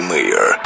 Mayor